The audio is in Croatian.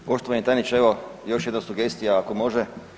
Poštovani tajniče, evo još jedna sugestija ako može.